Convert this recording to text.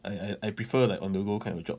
I I I prefer like on the go kind of job